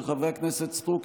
של חברי הכנסת סטרוק,